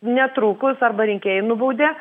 netrukus arba rinkėjai nubaudė